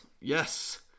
Yes